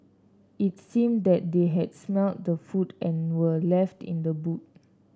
it seemed that they had smelt the food and were left in the boot